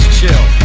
chill